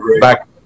back